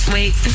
Wait